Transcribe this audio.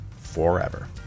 forever